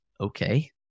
okay